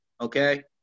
Okay